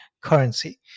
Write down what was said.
currency